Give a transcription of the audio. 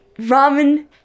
ramen